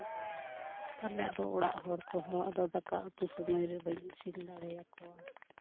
ᱛᱟᱦᱚᱞᱮ ᱟᱫᱚ ᱚᱲᱟᱜ ᱦᱚᱲ ᱠᱚᱦᱚᱸ ᱫᱟᱠᱟ ᱩᱛᱩ ᱥᱚᱢᱚᱭᱨᱮ ᱵᱟᱹᱧ ᱤᱥᱤᱱ ᱫᱟᱲᱮ ᱟᱠᱚᱣᱟ